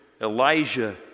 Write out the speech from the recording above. Elijah